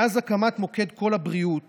מאז הקמת מוקד קול הבריאות